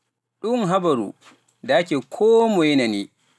Ɗum habaru ndaaki koo moye nani.